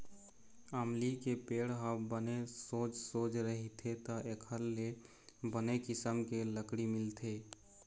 अमली के पेड़ ह बने सोझ सोझ रहिथे त एखर ले बने किसम के लकड़ी मिलथे